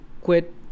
quit